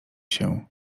się